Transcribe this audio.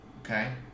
Okay